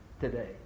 today